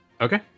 Okay